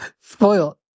Spoiled